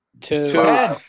Two